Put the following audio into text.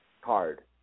card